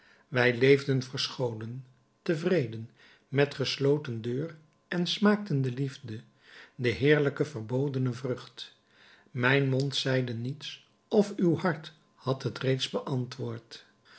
wij leefden verscholen tevreden met gesloten deur en smaakten de liefde de heerlijke verbodene vrucht mijn mond zeide niets of uw hart had het reeds beantwoord